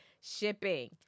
shipping